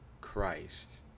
Christ